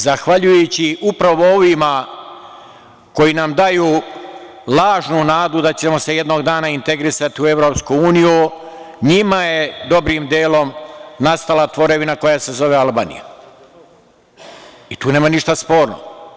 Zahvaljujući, upravo ovima koji nam daju lažnu nadu da ćemo se jednog dana integrisati u EU, njima je dobrim delom nastala tvorevina koja se zove Albanija i tu nema ništa sporno.